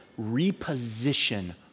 reposition